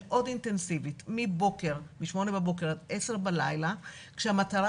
היא מאוד אינטנסיבית מ-8:00 בבוקר עד 10:00 בלילה כאשר המטרה